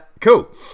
Cool